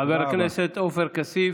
חבר הכנסת עופר כסיף,